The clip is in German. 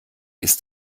ist